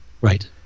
Right